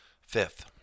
Fifth